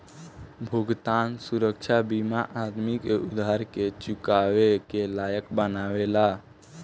भुगतान सुरक्षा बीमा आदमी के उधार के चुकावे के लायक बनावेला